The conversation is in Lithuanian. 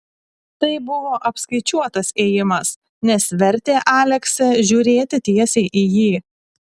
tai buvo apskaičiuotas ėjimas nes vertė aleksę žiūrėti tiesiai į jį